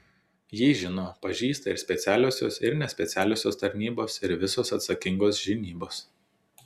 jį žino pažįsta ir specialiosios ir nespecialiosios tarnybos ir visos atsakingos žinybos